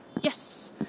yes